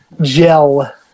gel